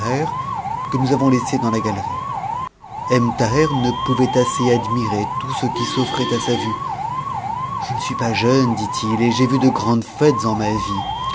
que nous avons laissés ians la galerie ebn thaher ne pouvait assez admirer tout ce qui s'offrait a sa vue je ne suis pas jeune dit-il et j'ai vu de grandes fêtes en ma vie